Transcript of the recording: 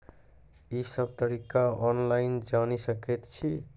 ई सब तरीका ऑनलाइन जानि सकैत छी?